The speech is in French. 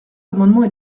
amendements